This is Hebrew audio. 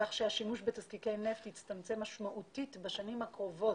כך שהשימוש בתזקיקי נפט יצטמצם משמעותית בשנים הקרובות,